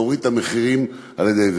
ולהוריד את המחירים על-ידי זה.